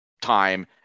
time